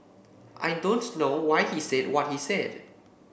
I don't know why he said what he said